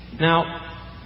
Now